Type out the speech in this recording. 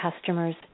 customers